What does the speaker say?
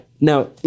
now